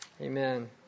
amen